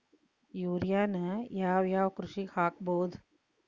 ಯೂರಿಯಾನ ಯಾವ್ ಯಾವ್ ಕೃಷಿಗ ಹಾಕ್ಬೋದ?